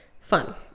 fun